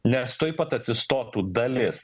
nes tuoj pat atsistotų dalis